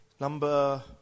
Number